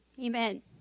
Amen